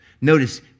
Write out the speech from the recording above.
Notice